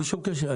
בלי קשר,